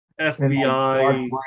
FBI